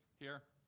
here.